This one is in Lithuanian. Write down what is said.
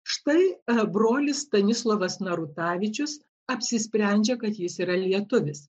štai brolis stanislovas narutavičius apsisprendžia kad jis yra lietuvis